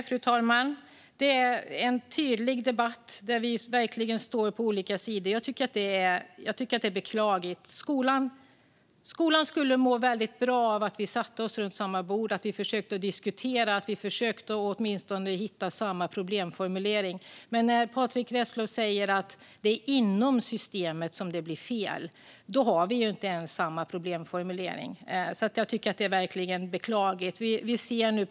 Fru talman! Detta är en tydlig debatt där vi verkligen står på olika sidor. Jag tycker att det är beklagligt. Skolan skulle må väldigt bra av att vi satte oss runt samma bord och försökte att diskutera och att åtminstone hitta samma problemformulering. Men när Patrick Reslow säger att det är inom systemet som det blir fel har vi inte ens samma problemformulering. Jag tycker verkligen att det är beklagligt.